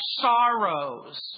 sorrows